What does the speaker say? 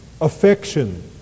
affection